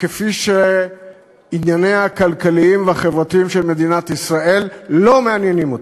כפי שענייניה הכלכליים והחברתיים של מדינת ישראל לא מעניינים אותו,